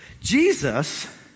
Jesus